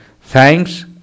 Thanks